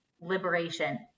liberation